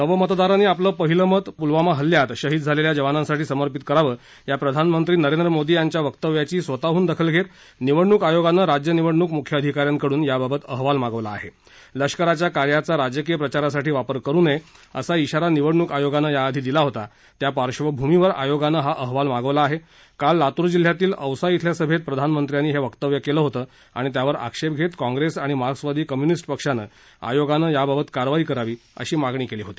नवं मतदारांनी आपलं पहिलं मत पुलवामा हल्ल्यात शहीद झालखिा जवानांसाठी समर्पित करावं या प्रधानमंत्री नरेंद्र मोदी यांच्या वक्तव्याची स्वतहून दखल घक्त निवडणूक आयोगानं राज्य निवडणूक मुख्य अधिकाऱ्यांकडून याबाबत अहवाल मागवला आहा लेष्कराच्या कार्याचा राजकीय प्रचारासाठी वापर करू नया असा इशारा निवडणूक आयोगानं याआधी दिला होता त्या पार्श्वभूमीवर आयोगानं हा अहवाल मागवला आह क्राल लातूर जिल्ह्यातील औसा इथल्या सभ प्रधानमंत्र्यांनी ह क्रिकव्य कलि होतं आणि त्यावर आक्ष वितकाँग्रस्तआणि मार्क्सवादी कम्युनिस्ट पक्षानं आयोगानं याबाबत कारवाई करावी अशी मागणी कल्ली होती